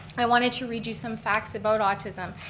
i wanted to redo some facts about autism.